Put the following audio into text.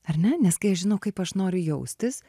ar ne nes kai aš žinau kaip aš noriu jaustis